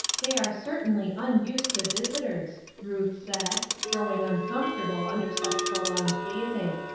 they are certainly unused to visitors, ruth said, growing uncomfortable under such prolonged gazing.